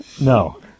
No